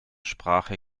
sprache